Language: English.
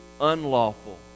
unlawful